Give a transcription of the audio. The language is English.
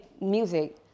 music